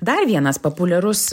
dar vienas populiarus